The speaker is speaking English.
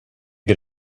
get